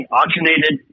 oxygenated